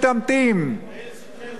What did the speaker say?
בושה וחרפה.